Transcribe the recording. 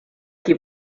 qui